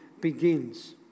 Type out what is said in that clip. begins